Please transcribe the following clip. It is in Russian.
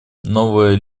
новая